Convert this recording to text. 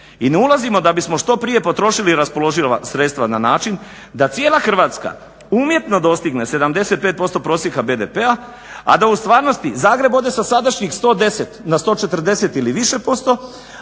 I ne ulazimo da bismo što prije potrošili raspoloživa sredstva na način da cijela Hrvatska umjetno dostigne 75% prosjeka BDP-a a da u stvarnosti Zagreb ode sa sadašnjih 110 na 140 ili više posto,